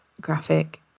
graphic